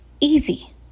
easy